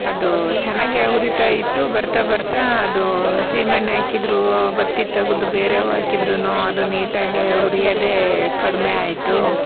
ಅದು ಚೆನ್ನಾಗೇ ಉರೀತಾ ಇತ್ತು ಬರ್ತಾ ಬರ್ತಾ ಅದು ಸೀಮೆಎಣ್ಣೆ ಹಾಕಿದರೂ ಬತ್ತಿ ತೆಗೆದು ಬೇರೆ ಹಾಕಿದರೂನು ಅದು ನೀಟಾಗಿ ಉರಿಯೋದೇ ಕಡಿಮೆ ಆಯಿತು